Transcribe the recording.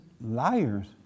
liars